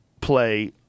play